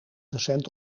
recent